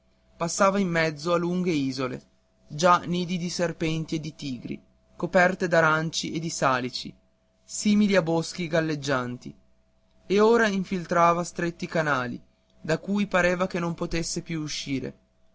passava in mezzo a lunghe isole già nidi di serpenti e di tigri coperte d'aranci e di salici simili a boschi galleggianti e ora infilava stretti canali da cui pareva che non potesse più uscire